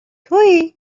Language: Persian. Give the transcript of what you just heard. توئی